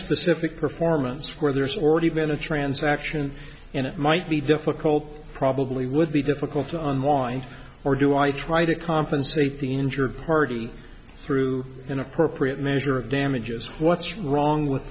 specific performance where there's already been the transaction and it might be difficult probably would be difficult to unwind or do i try to compensate the injured party through an appropriate measure of damages what's wrong with